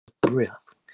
breath